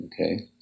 okay